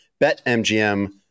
BetMGM